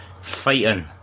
fighting